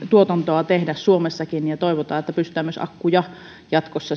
tuotantoa tehdä suomessakin toivotaan että pystytään akkuja tuotantoa jatkossa